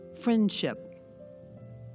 friendship